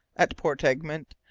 at port egmont,